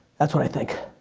that's what i think.